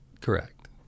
Correct